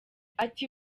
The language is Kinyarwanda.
ati